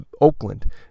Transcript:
Oakland